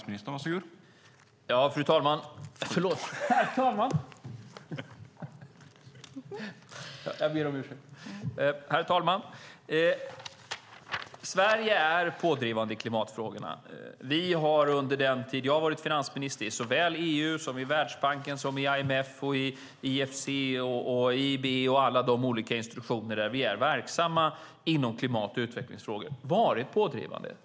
Herr talman! Sverige är pådrivande i klimatfrågorna. Vi har under den tid som jag har varit finansminister varit pådrivande i såväl EU som Världsbanken, IMF, EFC, EIB och alla de olika institutioner där vi är verksamma inom klimat och utvecklingsfrågor.